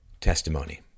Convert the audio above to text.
testimony